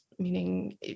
meaning